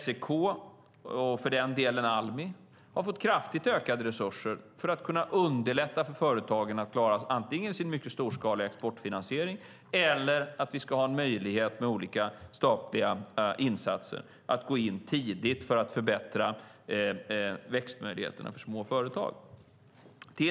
SEK och för den delen Almi har fått kraftigt ökade resurser för att kunna underlätta för företagen att klara sin mycket storskaliga exportfinansiering. Vi ska även ha möjlighet att genom olika statliga insatser gå in tidigt för att förbättra växtmöjligheterna för små företag.